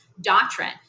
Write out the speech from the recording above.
doctrine